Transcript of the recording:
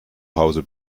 hause